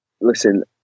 Listen